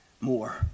more